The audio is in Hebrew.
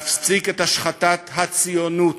להפסיק את השחתת הציונות,